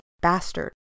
Bastard